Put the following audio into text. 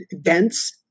dense